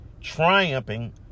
Triumphing